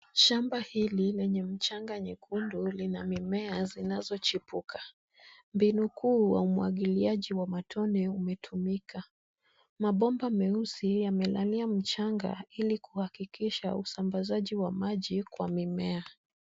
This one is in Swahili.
Shamba hili lenye mchanga nyekundu lina mimea zinazochipuka. Mbinu kuu wa umwagiliaji wa matone, umetumika. Mabomba meusi yamelalia mchanga ili kuhakikisha usambazaji wa maji kwa mimea.